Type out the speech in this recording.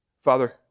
Father